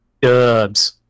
Dubs